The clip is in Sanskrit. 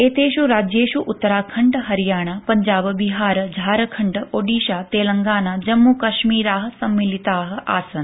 एतेषु राज्येषु उत्तराखण्ड हरियाणा पंजाब बिहार झारखंड ओडिशा तेलंगाना जम्मूकाश्मीरा सम्मिलिता आसन्